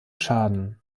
schaden